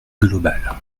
global